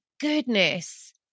goodness